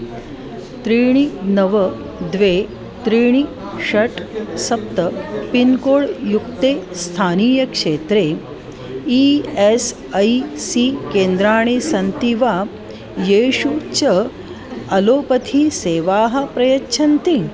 त्रीणि नव द्वे त्रीणि षट् सप्त पिन्कोड्युक्ते स्थानीयक्षेत्रे ई एस् ऐ सी केन्द्राणि सन्ति वा येषु च अलोपथीसेवाः प्रयच्छन्ति